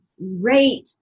rate